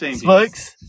Smokes